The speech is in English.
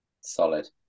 solid